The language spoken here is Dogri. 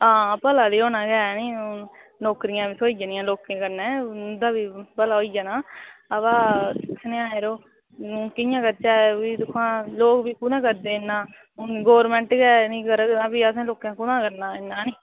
हां भला ते होना गै ऐह्नी नौकरियां बी थ्होई जानियां लोकें ई कन्नै उं'दा बी भला होई जाना अबा दिक्खने आं जरो कि'यां करचै भी दिक्खोआं लोक बी कुत्थें करदे इन्ना हून गौरमेंट गै निं करग ते भी असें लोकें कुत्थां करना इन्ना ऐह्नी